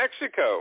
Mexico